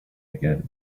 again